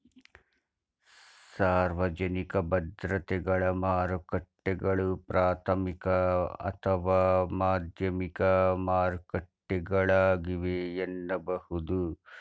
ಸಾರ್ವಜನಿಕ ಭದ್ರತೆಗಳ ಮಾರುಕಟ್ಟೆಗಳು ಪ್ರಾಥಮಿಕ ಅಥವಾ ಮಾಧ್ಯಮಿಕ ಮಾರುಕಟ್ಟೆಗಳಾಗಿವೆ ಎನ್ನಬಹುದು